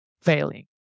failing